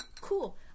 cool